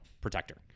protector